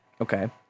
Okay